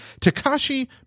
Takashi